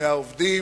1,100 עובדים,